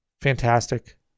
Fantastic